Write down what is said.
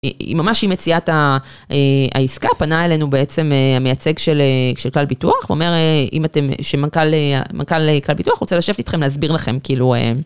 היא ממש עם יציאת העסקה, פנה אלינו בעצם המייצג של כלל ביטוח, ואומר, אם אתם... שמנכ"ל... מנכ"ל כלל ביטוח רוצה לשבת איתכם, להסביר לכם כאילו...